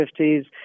1950s